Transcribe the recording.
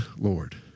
Lord